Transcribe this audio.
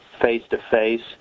face-to-face